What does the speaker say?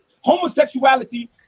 homosexuality